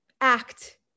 act